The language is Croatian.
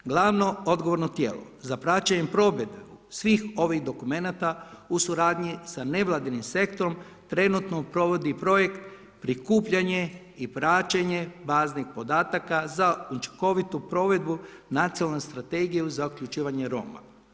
Glavno odgovorno tijelo za praćenje provedbe svih ovih dokumenata u suradnji sa nevladinim sektorom trenutno provodi projekt prikupljanje i praćenje baznih podataka za učinkovitu provedbu nacionalne strategiju za uključivanje Roma.